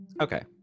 okay